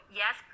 yes